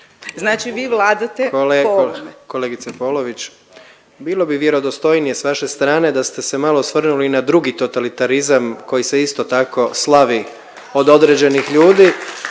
Znači vi vladate po ovome./... Kolegice Polović, bilo bi vjerodostojnije s vaše strane da ste se malo osvrnuli i na drugi totalitarizam koji se isto tako slavi od određenih